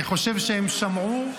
אני חושב שהם שמעו,